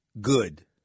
good